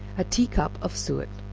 a tea-cup of suet,